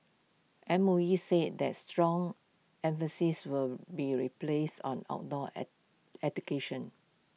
M O E said that strong emphasis will be replaced on outdoor education